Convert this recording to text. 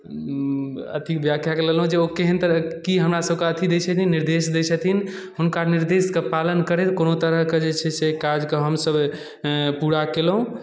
अथि व्याख्याकेँ लेलहुँ जे ओ केहन तरहके की हमरासभके अथि दैत छथिन निर्देश दै छथिन हुनकर निर्देशके पालन करैत कोनो तरहके जे छै से काजकेँ हमसभ पूरा केलहुँ